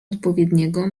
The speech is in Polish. odpowiedniego